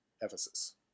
Ephesus